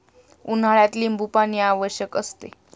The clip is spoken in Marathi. उन्हाळ्यात लिंबूपाणी आवश्यक असते